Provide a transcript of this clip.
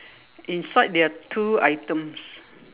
inside there are two items